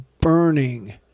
burning